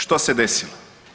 Što se desilo?